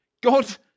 God